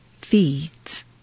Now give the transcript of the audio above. feeds